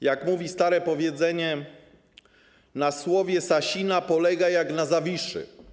Jak mówi stare powiedzenie, na słowie Sasina polegaj jak na Zawiszy.